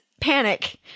panic